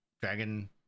Dragon